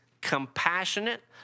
compassionate